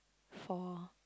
for